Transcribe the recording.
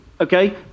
Okay